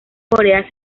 corea